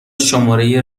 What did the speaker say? شماره